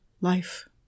life